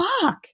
fuck